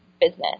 business